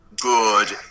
Good